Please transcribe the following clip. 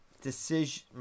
decision